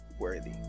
worthy